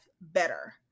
better